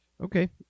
Okay